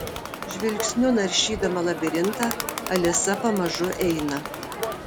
žvilgsniu naršydama labirintą alisa pamažu eina